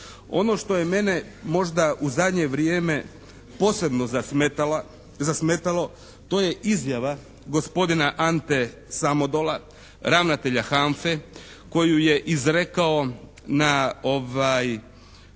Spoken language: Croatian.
Ono što je mene možda u zadnje vrijeme posebno zasmetalo to je izjava gospodina Ante Sabodola, ravnatelja HANFA-e koju je izrekao na kako